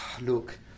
look